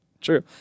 true